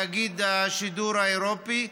תאגיד השידור האירופי.